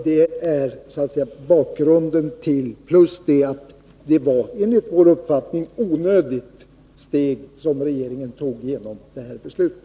Detta är bakgrunden, plus att det enligt vår uppfattning var ett onödigt steg som regeringen tog genom det här beslutet.